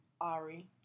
Ari